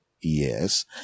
yes